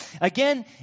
Again